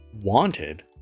wanted